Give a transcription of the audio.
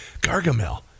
Gargamel